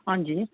हां जी